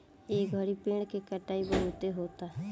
ए घड़ी पेड़ के कटाई बहुते होता